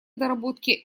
доработки